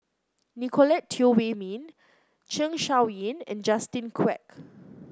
Nicolette Teo Wei Min Zeng Shouyin and Justin Quek